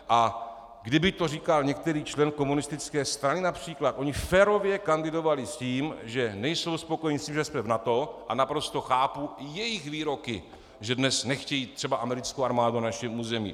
A kdyby to říkal některý člen komunistické strany například, oni férově kandidovali s tím, že nejsou spokojeni s tím, že jsme v NATO, a naprosto chápu jejich výroky, že dnes nechtějí třeba americkou armádu na našem území.